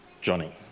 Johnny